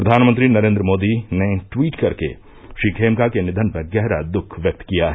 प्रधानमंत्री नरेन्द्र मोदी ट्वीट कर के श्री खेमका के निधन पर गहरा दुख व्यक्त किया है